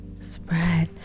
spread